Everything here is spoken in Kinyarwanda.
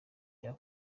cya